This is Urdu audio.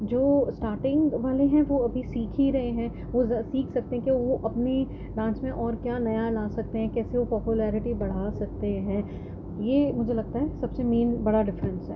جو اسٹاٹنگ والے ہیں وہ ابھی سیکھ ہی رہے ہیں وہ سیکھ سکتے ہیں کہ وہ اپنی ڈانس میں اور کیا نیا لا سکتے ہیں کیسے وہ پاپولیرٹی بڑھا سکتے ہیں یہ مجھے لگتا ہے سب سے مین بڑا ڈفرینس ہے